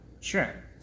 Sure